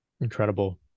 incredible